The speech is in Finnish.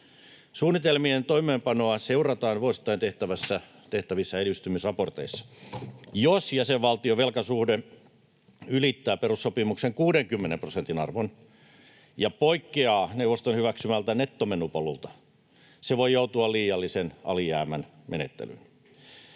Suunnitelmien toimeenpanoa seurataan vuosittain tehtävissä edistymisraporteissa. Jos jäsenvaltion velkasuhde ylittää perussopimuksen 60 prosentin arvon ja poikkeaa neuvoston hyväksymältä nettomenopolulta, se voi joutua liiallisen alijäämän menettelyyn.